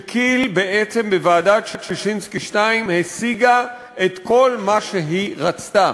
שכי"ל בוועדת ששינסקי 2 השיגה בעצם את כל מה שהיא רצתה.